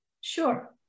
Sure